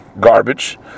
garbage